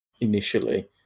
initially